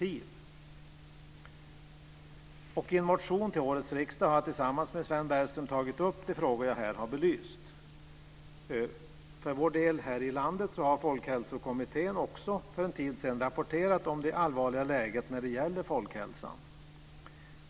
I en motion till årets riksdag har jag tillsammans med Sven Bergström tagit upp de frågor jag har belyst här. Folkhälsokommittén här i landet rapporterade för en tid sedan om det allvarliga läget när det gäller folkhälsan.